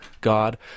God